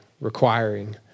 requiring